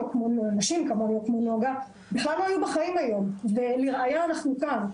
או כמו נגה בכלל לא היו בחיים היום ולראייה אנחנו כאן.